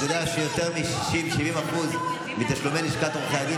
אתה יודע שיותר מ-60% 70% מתשלומי לשכת עורכי הדין